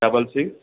double six